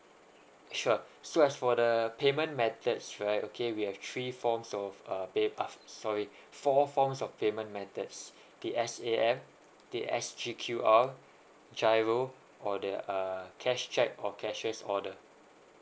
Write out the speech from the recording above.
sure so as for the payment methods right okay we have three forms of uh pay ah sorry four forms of payment methods T_S_A_M T_S_G_Q_O G_I_R_O or the uh cash check or cashiers order